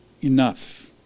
enough